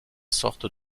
sorte